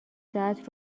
ساعت